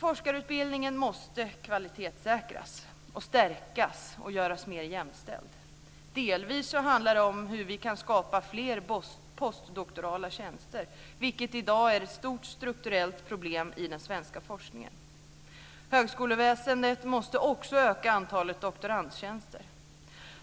Forskarutbildningen måste kvalitetssäkras, stärkas och göras mer jämställd. Delvis handlar det om hur vi kan skapa fler postdoktorala tjänster, vilket i dag är ett stort strukturellt problem i den svenska forskningen. Högskoleväsendet måste också öka antalet doktorandtjänster.